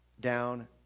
down